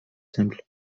simple